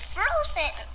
Frozen